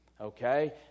Okay